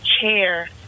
chair